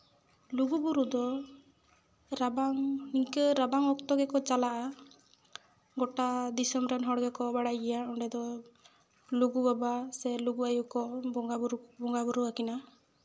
ᱞᱩᱜᱩᱼᱵᱳᱨᱳ ᱫᱚ ᱨᱟᱵᱟᱝ ᱤᱱᱠᱟᱹ ᱨᱟᱵᱟᱝ ᱚᱠᱛᱚ ᱜᱮᱠᱚ ᱪᱟᱞᱟᱜᱼᱟ ᱜᱳᱴᱟ ᱫᱤᱥᱚᱢ ᱨᱮᱱ ᱦᱚᱲ ᱜᱮᱠᱚ ᱵᱟᱲᱟᱭ ᱜᱮᱭᱟ ᱚᱸᱰᱮ ᱫᱚ ᱞᱩᱜᱩ ᱵᱟᱵᱟ ᱥᱮ ᱞᱩᱜᱩ ᱟᱭᱳ ᱠᱚ ᱵᱚᱸᱜᱟᱼᱵᱳᱨᱳ ᱟᱹᱠᱤᱱᱟ